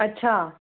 अच्छा